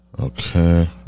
Okay